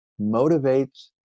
motivates